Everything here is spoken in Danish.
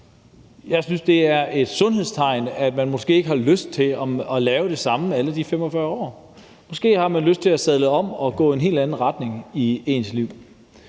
Jeg synes, det er et sundhedstegn, at man måske ikke har lyst til at lave det samme i alle de 45 år. Måske har man lyst til at sadle om og gå i en helt anden retning i ens liv.